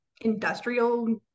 industrial